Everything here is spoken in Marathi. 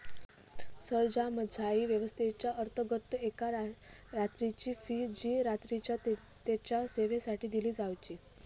सरंजामशाही व्यवस्थेच्याअंतर्गत एका रात्रीची फी जी रात्रीच्या तेच्या सेवेसाठी दिली जावची